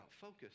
focus